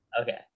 Okay